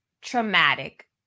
traumatic